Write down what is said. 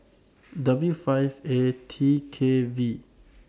W five A T K V